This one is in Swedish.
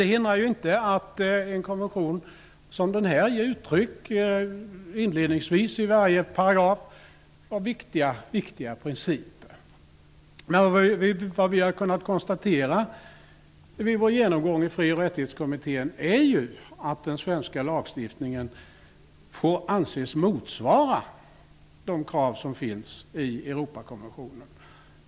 Det hindrar ju inte att en konvention som den här ger uttryck för viktiga principer inledningsvis i varje paragraf. Vid vår genomgång i Fri och rättighetskommittén har vi kunnat konstatera att den svenska lagstiftningen får anses motsvara de krav som finns i Europakonventionen.